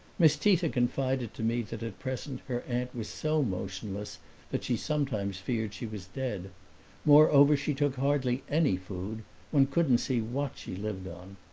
miss tita confided to me that at present her aunt was so motionless that she sometimes feared she was dead moreover she took hardly any food one couldn't see what she lived on.